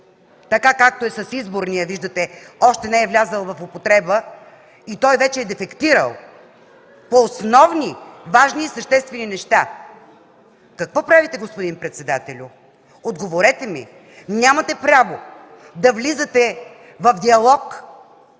така както е с изборния?! Виждате, още не е влязъл в употреба и той вече е дефектирал по основни, важни и съществени неща. Какво правите, господин председателю? Отговорете ми! Нямате право да влизате в диалог,